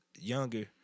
younger